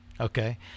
Okay